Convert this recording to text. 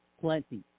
plenty